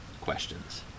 questions